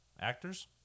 actors